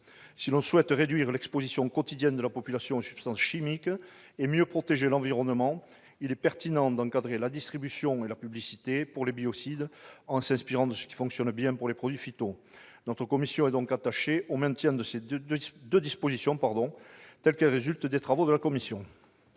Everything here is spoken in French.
Si l'on souhaite réduire l'exposition quotidienne de la population aux substances chimiques et mieux protéger l'environnement, il est pertinent d'encadrer la distribution et la publicité des biocides en s'inspirant de ce qui fonctionne bien pour les produits phytosanitaires. La commission du développement durable est donc attachée au maintien de ces deux dispositions, telles qu'elles résultent des travaux de la commission.